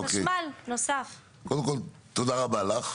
תודה רבה לך.